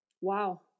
wow